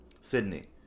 Sydney